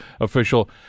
official